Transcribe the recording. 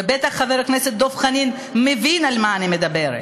ובטח חבר הכנסת דב חנין מבין על מה אני מדברת.